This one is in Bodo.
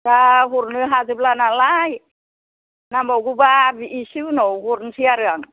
दा हरनो हाजोबला नालाय नांबावगौबा एसे उनाव हरनोसै आरो आं